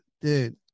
Dude